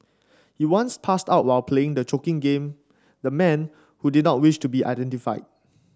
he once passed out while playing the choking game the man who did not wish to be identified